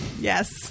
Yes